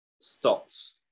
stops